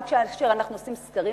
גם כאשר אנחנו עושים סקרים,